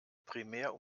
primär